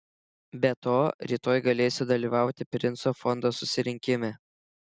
be to rytoj galėsiu dalyvauti princo fondo susirinkime